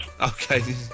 Okay